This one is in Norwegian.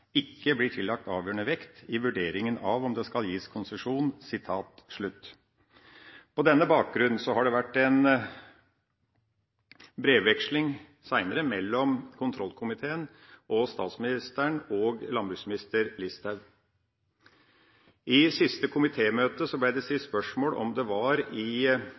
ikke blir tillagt avgjørende vekt i vurderingen av om det skal gis konsesjon.» På denne bakgrunn har det vært en brevveksling senere mellom kontrollkomiteen, statsministeren og landbruksminister Listhaug. I siste komitémøte ble det stilt spørsmål om det var i